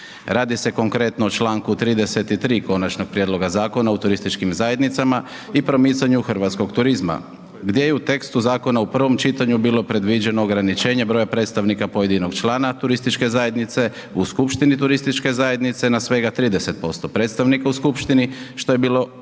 Radi se konkretno o članku 33. Konačnog prijedloga Zakona o turističkim zajednicama i promicanju hrvatskog turizma gdje je u tekstu zakona u prvom čitanju bilo predviđeno ograničenje broja predstavnika pojedinog člana turističke zajednice u skupštini turističke zajednice na svega 30% predstavnika u skupštini što je bilo